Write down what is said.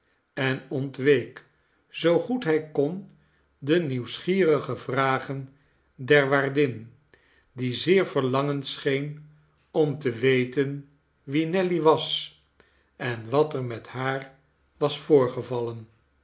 komen enontweek zoo goed hij kon de nieuwsgierige vragen der waardin die zeer verlangend scheen om te weten wie nelly was en wat er met haar was voorgevallen